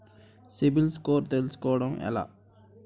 CIBIL score తెల్సుకోటం ఎలా?